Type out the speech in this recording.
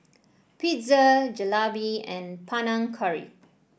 Pizza Jalebi and Panang Curry